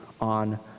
on